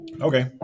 okay